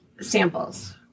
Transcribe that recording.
samples